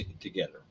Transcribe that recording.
together